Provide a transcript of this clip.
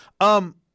Um-